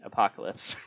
Apocalypse